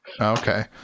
okay